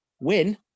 win